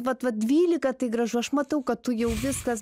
vat vat dvylika tai gražu aš matau kad tu jau viskas